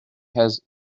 has